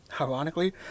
Ironically